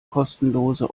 kostenlose